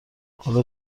حالا